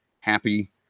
happy